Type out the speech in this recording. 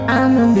I'ma